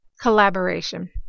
collaboration